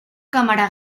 cámara